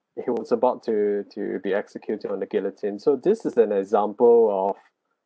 he was about to to be executed on the gallatin so this is an example of